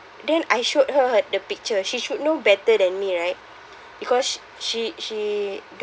then I showed her the picture she should know better than me right because she she